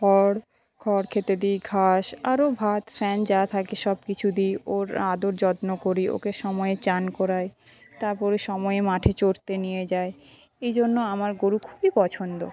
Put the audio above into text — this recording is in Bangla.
খড় খড় খেতে দিই ঘাস আরো ভাত ফ্যান আরো যা থাকে সব কিছু দিই ওর আদর যত্ন করি ওকে সময়ে চান করাই তারপরে সময়ে মাঠে চড়তে নিয়ে যাই এইজন্য আমার গরু খুবই পছন্দ